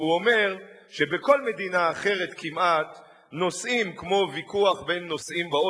והוא אומר שבכל מדינה אחרת כמעט נושאים כמו ויכוח בין נוסעים באוטובוס,